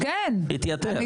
התייתר.